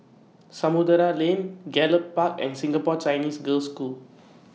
Samudera Lane Gallop Park and Singapore Chinese Girls' School